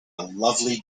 lovely